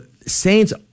saints